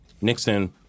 Nixon